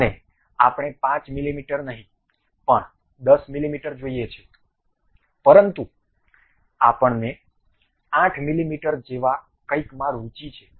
અને આપણે 5 મીમી નહીં પણ 10 મીમી જોઈએ છે પરંતુ આપણને 8 મીમી જેવા કંઈક માં રુચિ છે